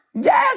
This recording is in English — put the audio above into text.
Yes